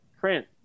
print